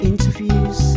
interviews